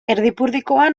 erdipurdikoa